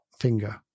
finger